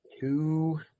two